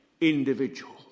individual